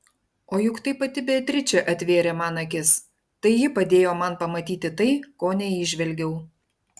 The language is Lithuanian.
o juk tai pati beatričė atvėrė man akis tai ji padėjo man pamatyti tai ko neįžvelgiau